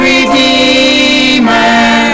Redeemer